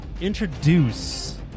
introduce